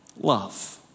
Love